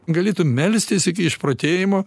galėtum melstis iki išprotėjimo